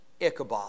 Ichabod